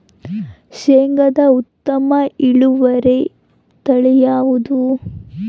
ಶೇಂಗಾದ ಉತ್ತಮ ಇಳುವರಿ ತಳಿ ಯಾವುದು?